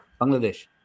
Bangladesh